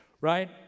Right